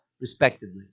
respectively